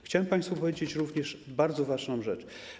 Chciałem państwu powiedzieć również bardzo ważną rzecz.